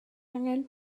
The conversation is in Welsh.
angen